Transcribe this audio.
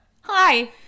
Hi